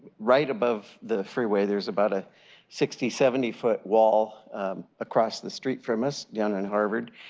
right above the freeway. there is about a sixty, seventy foot wall across the street from us down in harvard.